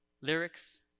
lyrics